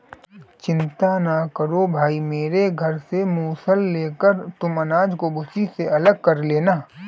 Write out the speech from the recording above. चिंता ना करो भाई मेरे घर से मूसल लेकर तुम अनाज को भूसी से अलग कर लेना